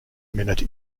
minute